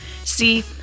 See